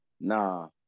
nah